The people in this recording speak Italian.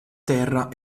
terra